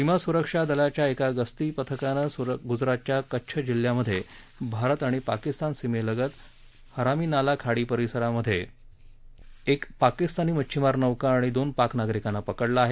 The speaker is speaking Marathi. सीमा सुरक्षा दलाच्या एका गस्ती पथकानं गुजरातच्या कच्छ जिल्ह्यात भारत पाकिस्तान सीमेलगत हरामी नाला खाडी परिसरात एक पाकिस्तानी मच्छीमार नौका आणि दोन पाक नागरिकांना पकडले आहे